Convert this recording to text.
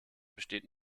besteht